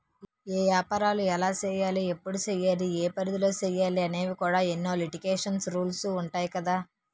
ఏపారాలు ఎలా సెయ్యాలి? ఎప్పుడు సెయ్యాలి? ఏ పరిధిలో సెయ్యాలి అనేవి కూడా ఎన్నో లిటికేషన్స్, రూల్సు ఉంటాయి కదా